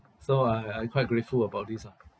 so I I quite grateful about this ah